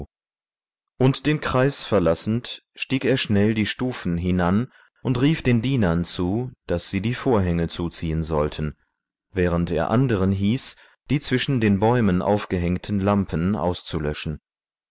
und den kreis verlassend stieg er schnell die stufen hinan und rief den dienern zu daß sie die vorhänge zuziehen sollten während er anderen hieß die zwischen den bäumen aufgehängten lampen auszulöschen